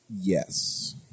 Yes